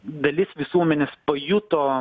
dalis visuomenės pajuto